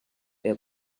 air